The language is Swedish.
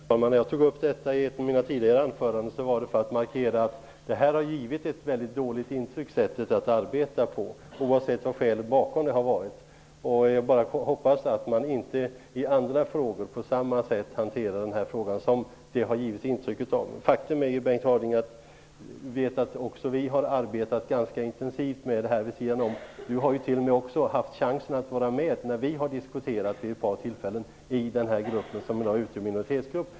Herr talman! Anledningen till att jag tog upp detta i ett av mina tidigare anföranden var att jag ville markera att detta sätt att arbeta har givit ett mycket dåligt intryck, oavsett vad skälet bakom det har varit. Jag hoppas bara att man inte i andra sammanhang skall hantera denna fråga på det sätt som det här har givits intryck av. Faktum är, Bengt Harding Olson, att också vi har arbetat ganska intensivt med detta vid sidan om. Bengt Harding Olson har t.o.m. vid ett par tillfällen haft chansen att vara med när vi diskuterade denna fråga i den grupp som i dag utgör en minoritetsgrupp.